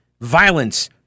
violence